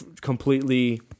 completely